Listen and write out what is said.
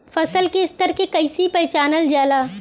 फसल के स्तर के कइसी पहचानल जाला